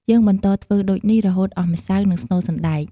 យើងបន្តធ្វើដូចនេះ រហូតអស់ម្សៅ និងស្នូលសណ្ដែក។